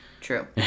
True